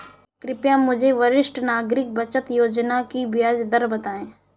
कृपया मुझे वरिष्ठ नागरिक बचत योजना की ब्याज दर बताएं